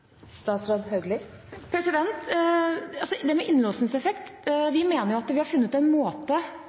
det gjelder innlåsningseffekt: Vi mener jo at vi har funnet en måte